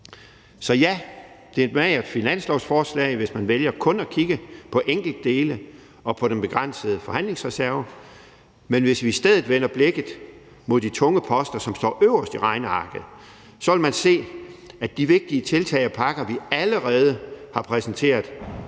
Så ja, det er et magert finanslovsforslag, hvis man vælger kun at kigge på enkeltdele og på den begrænsede forhandlingsreserve. Men hvis man i stedet vender blikket mod de tunge poster, som står øverst i regnearket, vil man se, at de vigtige tiltag og pakker, vi allerede har præsenteret,